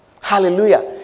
Hallelujah